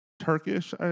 Turkish